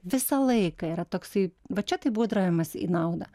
visą laiką yra toksai va čia tai būdravimas į naudą